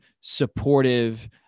supportive